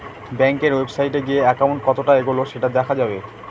ব্যাঙ্কের ওয়েবসাইটে গিয়ে একাউন্ট কতটা এগোলো সেটা দেখা যাবে